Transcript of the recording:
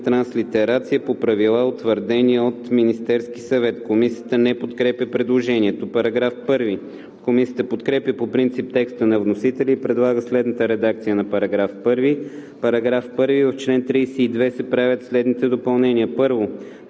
транслитерация по правила, утвърдени от Министерския съвет.“ Комисията не подкрепя предложението. Комисията подкрепя по принцип текста на вносителя и предлага следната редакция на § 1: „§ 1. В чл. 32 се правят следните допълнения: 1.